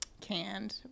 canned